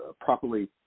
properly